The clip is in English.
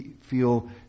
feel